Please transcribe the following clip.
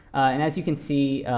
and as you can see